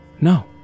No